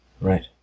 Right